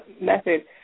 method